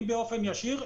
אם באופן ישיר,